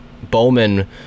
Bowman